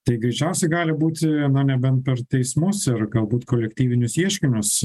tai greičiausiai gali būti na nebent per teismus ir galbūt kolektyvinius ieškinius